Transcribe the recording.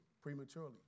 prematurely